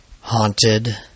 haunted